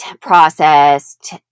processed